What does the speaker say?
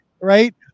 right